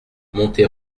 montée